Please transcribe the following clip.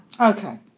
Okay